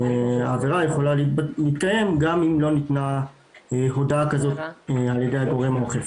העבירה יכולה להתקיים גם אם לא ניתנה הודעה כזאת על ידי הגורם האוכף.